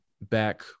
back